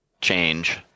change